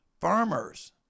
farmers